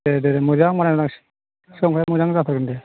ए दे मोजां बानायनानै हरसिगोन सिखा खंखाइया मोजां जाथारगोन दे